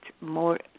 more